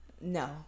No